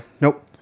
nope